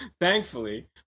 Thankfully